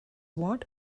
what